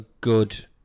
good